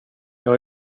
jag